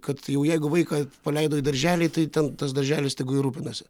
kad jau jeigu vaiką paleido į darželį tai ten tas darželis tegu ir rūpinasi